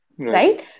Right